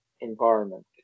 environment